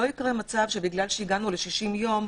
לא יקרה מצב שבגלל שהגענו ל-60 ימים,